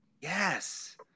Yes